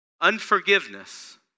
Unforgiveness